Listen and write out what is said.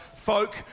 folk